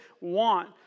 want